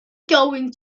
going